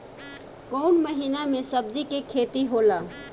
कोउन महीना में सब्जि के खेती होला?